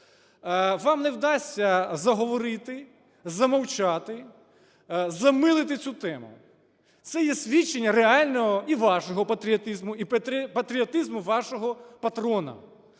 Вам не вдасться заговорити, замовчати, замилити цю тему. Це є свідчення реального і вашого патріотизму, і патріотизму вашого патрона.